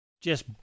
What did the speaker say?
Just-